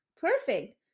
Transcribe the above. Perfect